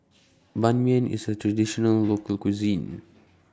Ban Mian IS A Traditional Local Cuisine